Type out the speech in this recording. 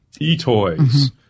e-toys